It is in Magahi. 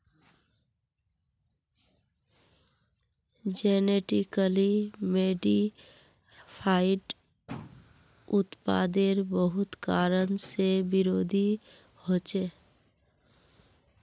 जेनेटिकली मॉडिफाइड उत्पादेर बहुत कारण से विरोधो होछे